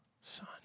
son